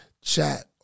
chat